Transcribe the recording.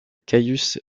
caius